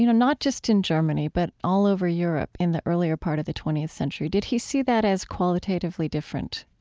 you know not just in germany but all over europe in the earlier part of the twentieth century. did he see that as qualitatively different,